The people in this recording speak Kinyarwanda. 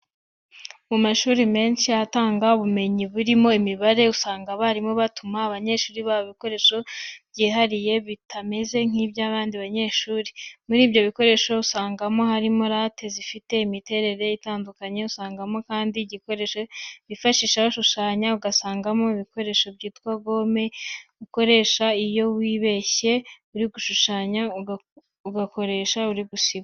Mu mashuri menshi atanga ubumenyi burimo imibare, usanga abarimu batuma abanyeshuri babo ibikoresho byihariye bitameze nk'iby'abandi banyeshuri. Muri ibyo bikoresho usanga harimo rate zifite imiterere itandukanye, usangamo kandi igikoresho bifashisha bashushanya, ugasangamo igikoresho cyitwa gome, ukoresha iyo wibeshye uri gushushanya, ukagikoresha uri gusiba.